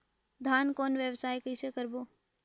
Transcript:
धान कौन व्यवसाय कइसे करबो?